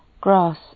grass